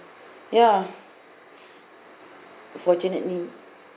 ya fortunately